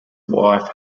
wife